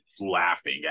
laughing